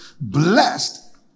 Blessed